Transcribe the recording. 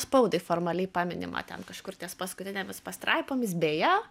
spaudai formaliai paminima kažkur ties paskutinėmis pastraipomis beje